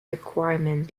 requirement